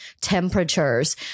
temperatures